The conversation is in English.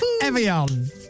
Evian